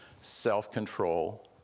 self-control